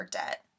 debt